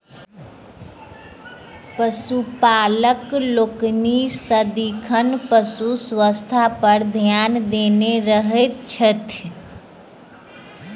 पशुपालक लोकनि सदिखन पशु स्वास्थ्य पर ध्यान देने रहैत छथि